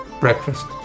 breakfast